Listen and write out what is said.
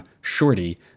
Shorty